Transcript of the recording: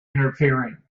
interfering